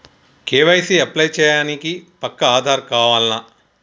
KYC apply చేయనీకి పక్కా ఆధార్ కావాల్నా?